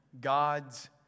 God's